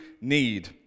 need